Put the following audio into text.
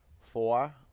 four